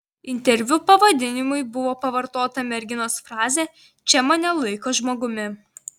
interviu pavadinimui buvo pavartota merginos frazė čia mane laiko žmogumi